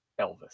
Elvis